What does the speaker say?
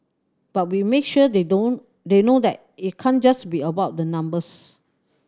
but we make sure they know they know that it can't just be about the numbers